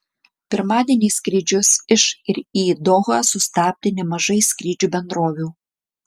pirmadienį skrydžius iš ir į dohą sustabdė nemažai skrydžių bendrovių